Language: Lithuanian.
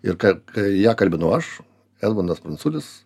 ir kad kai ją kalbinu aš edmundas pranculis